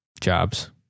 jobs